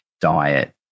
diet